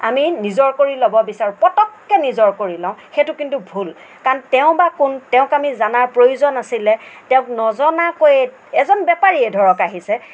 আমি নিজৰ কৰি ল'ব বিচাৰোঁ পটককৈ নিজৰ কৰি লওঁ সেইটো কিন্তু ভুল কাৰণ তেওঁ বা কোন তেওঁক আমি জানাৰ প্ৰয়োজন আছিলে তেওঁক নজনাকৈয়ে এজন বেপাৰীয়েই ধৰক আহিছে